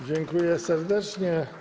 Dziękuję serdecznie.